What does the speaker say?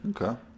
Okay